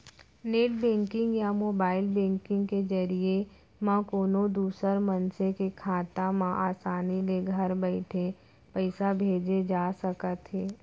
net banking या mobile banking के जरिए म कोनों दूसर मनसे के खाता म आसानी ले घर बइठे पइसा भेजे जा सकत हे